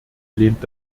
lehnt